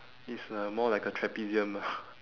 it's uh more like a trapezium ah